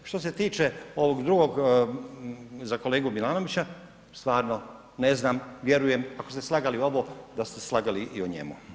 Što se tiče ovog drugog, za kolegu Milanovića, stvarno ne znam, vjerujem, ako ste slagali ovo da ste slagali i o njemu.